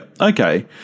okay